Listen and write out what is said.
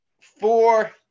four